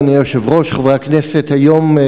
אדוני היושב-ראש, חברי הכנסת, היום,